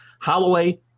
Holloway